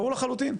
ברור לחלוטין.